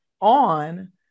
on